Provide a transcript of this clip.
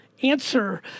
answer